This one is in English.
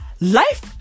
Life